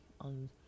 on